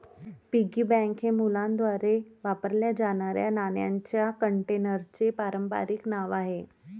piggy bank हे मुलांद्वारे वापरल्या जाणाऱ्या नाण्यांच्या कंटेनरचे पारंपारिक नाव आहे